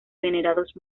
venerados